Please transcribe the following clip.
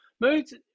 Moods